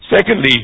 Secondly